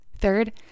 Third